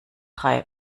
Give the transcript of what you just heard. drei